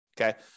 Okay